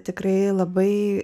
tikrai labai